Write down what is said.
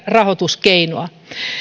rahoituskeino